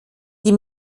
die